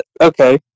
Okay